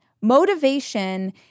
Motivation